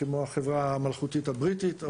כמו החברה המלכותית הבריטית,